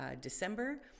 December